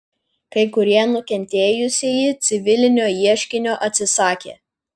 kai kurie nukentėjusieji civilinio ieškinio atsisakė